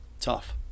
tough